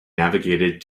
navigated